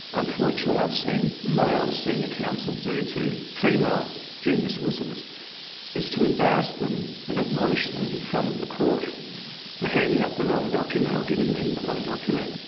unfortunately what i have seen male senior counsel do to female junior solicitors is to embarrass them and admonish them in front of the court for handing out the wrong document or giving them the wrong document.